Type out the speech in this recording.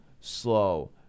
slow